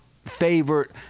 Favorite